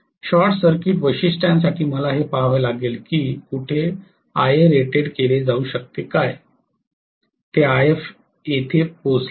short circuit वैशिष्ट्यासाठी मला हे पहावे लागेल की कुठे Iarated केले जाऊ शकते काय ते If येथे पोचले आहे